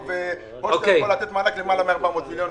או שאתה יכול לתת מענק למעלה מ-400 מיליון.